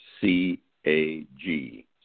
C-A-G